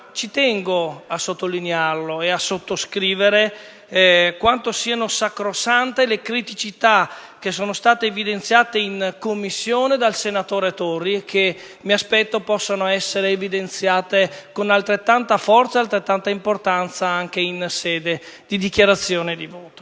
ci tengo a sottolineare e a sottoscrivere quanto siano sacrosante le criticità evidenziate in Commissione dal senatore Torri, che mi aspetto possano essere evidenziate con altrettanta forza ed importanza anche in sede di dichiarazione di voto.